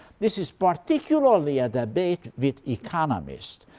this is particularly a debate with economists.